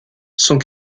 sont